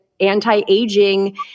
anti-aging